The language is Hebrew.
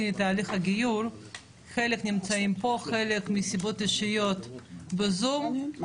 אני מבקשת מספר, כי